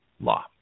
law